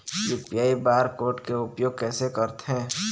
UPI bar code के उपयोग कैसे करथें?